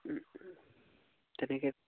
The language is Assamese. তেনেকে